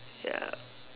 ya